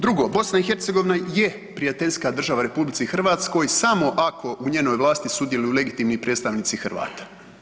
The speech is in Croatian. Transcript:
Drugo, BiH je prijateljska država RH samo ako u njenoj vlasti sudjeluju legitimni predstavnici Hrvata.